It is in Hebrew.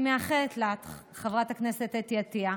אני מאחלת לך, חברת הכנסת אתי עטייה,